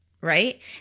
right